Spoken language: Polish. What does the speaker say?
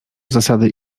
zasady